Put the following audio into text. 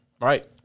Right